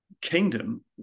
kingdom